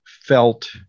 felt